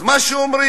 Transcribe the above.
אז מה שאומרים,